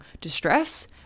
distress